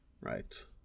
Right